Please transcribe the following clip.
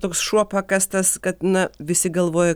toks šuo pakastas kad na visi galvoja